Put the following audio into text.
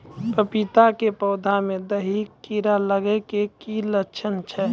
पपीता के पौधा मे दहिया कीड़ा लागे के की लक्छण छै?